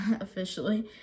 officially